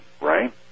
right